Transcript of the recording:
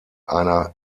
einer